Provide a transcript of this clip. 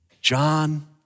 John